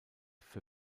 für